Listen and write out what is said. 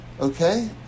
Okay